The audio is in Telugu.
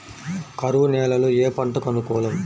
కరువు నేలలో ఏ పంటకు అనుకూలం?